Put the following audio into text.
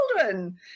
children